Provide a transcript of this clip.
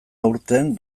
aurten